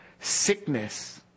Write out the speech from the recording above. Sickness